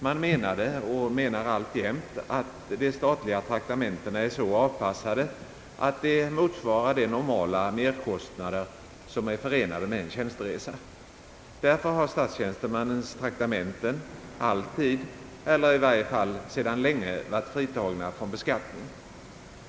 Man menade och menar alltjämt att de statliga trak tamentena är så avpassade att de motsvarar de normala merkostnader som är förenade med en tjänsteresa. Därför har statstjänstemännens traktamenten alltid eller i varje fall sedan länge varit fritagna från beskattning.